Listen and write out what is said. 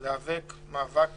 להיאבק מאבק